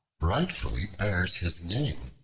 rightfully bears his name,